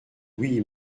oui